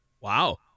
Wow